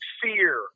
fear